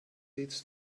leads